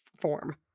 form